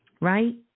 Right